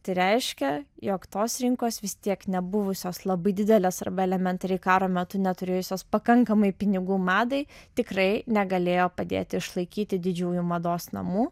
tai reiškia jog tos rinkos vis tiek nebuvusios labai didelės arba elementariai karo metu neturėjusios pakankamai pinigų madai tikrai negalėjo padėti išlaikyti didžiųjų mados namų